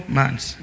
months